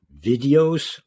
videos